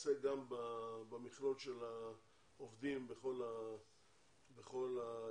ייעשה גם במכלול של העובדים בכל הנמל,